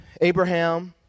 Abraham